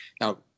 now